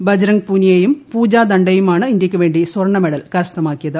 ബജ്രംഗ് പുനിയയും പൂജ ദണ്ഡയുമാണ് ഇന്ത്യക്ക് വേണ്ടി സ്വർണമെഡൽ കരസ്ഥമാക്കിയത്